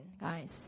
guys